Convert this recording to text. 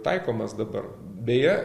taikomas dabar beje